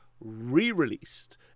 Re-released